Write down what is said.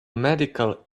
medical